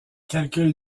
calculs